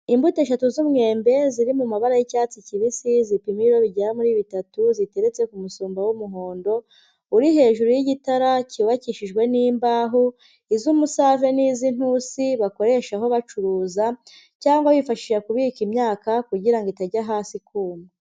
Imbuto eshatu z'umumwembe ziri mu mabara y'icyatsi kibisi zipima ibiro bigera muri bitatu ziteretse ku umufuka w'umuhondo, uri hejuru y'igitara cyubakishijwe nimbaho iz'umusave n'iz'inintusi bakoreshaho bacuruza cyangwa bifashisha kubika imyaka kugirango ngo itajya hasi ikuma.